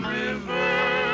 river